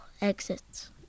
exits